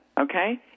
okay